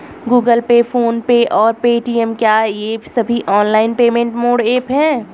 Google Pay PhonePe और Paytm क्या ये सभी ऑनलाइन पेमेंट मोड ऐप हैं?